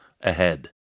ahead